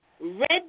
Red